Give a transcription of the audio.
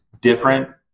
different